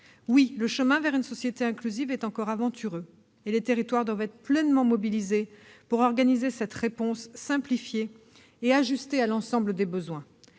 Oui, le chemin vers une société inclusive est encore aventureux, et les territoires doivent être pleinement mobilisés pour organiser cette réponse simplifiée et ajustée à l'ensemble des besoins.